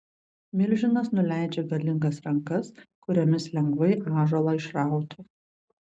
milžinas nuleidžia galingas rankas kuriomis lengvai ąžuolą išrautų